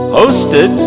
hosted